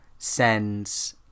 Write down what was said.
Sends